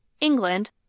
England